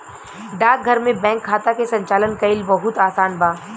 डाकघर में बैंक खाता के संचालन कईल बहुत आसान बा